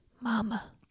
mama